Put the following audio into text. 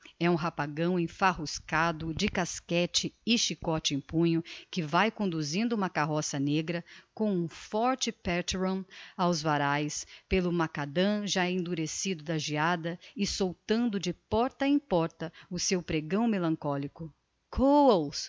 é um rapagão enfarruscado de casquete e chicote em punho que vae conduzindo uma carroça negra com um forte percheron aos varaes pelo macadam já endurecido da geada e soltando de porta em porta o seu pregão melancholico